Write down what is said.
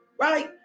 right